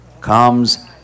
comes